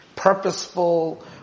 purposeful